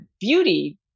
beauty